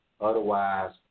Otherwise